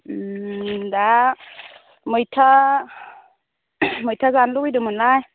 दा मैथा मैथा जानो लुबैदोंमोनलाय